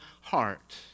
heart